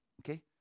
okay